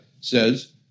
says